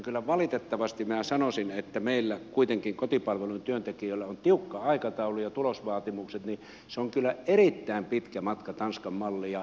kyllä valitettavasti minä sanoisin että meillä kuitenkin kotipalvelun työntekijöillä on tiukka aikataulu ja tulosvaatimukset niin että on kyllä erittäin pitkä matka tanskan malliin